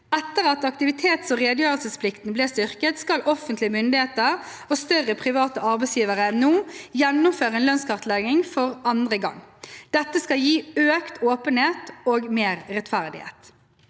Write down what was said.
Etter at aktivitets- og redegjørelsesplikten ble styrket, skal offentlige myndigheter og større private arbeidsgivere nå gjennomføre en lønnskartlegging for andre gang. Dette skal gi økt åpenhet og mer rettferdighet.